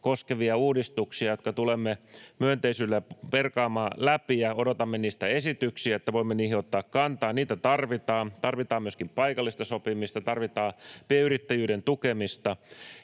koskevia uudistuksia, jotka tulemme myönteisyydellä perkaamaan läpi, ja odotamme niistä esityksiä, että voimme niihin ottaa kantaa. Niitä tarvitaan. Tarvitaan myöskin paikallista sopimista, tarvitaan pienyrittäjyyden tukemista.